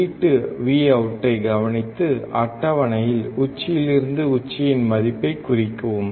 வெளியீட்டு Vout ஐக் கவனித்து அட்டவணையில் உச்சியிலிருந்து உச்சியின் மதிப்பைக் குறிக்கவும்